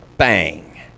Bang